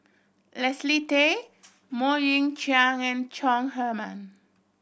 Leslie Tay Mok Ying Jang and Chong Heman